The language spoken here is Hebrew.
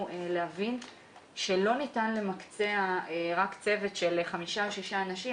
להבין שלא ניתן למקצע רק צוות של חמישה-שישה אנשים